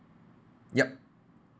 yup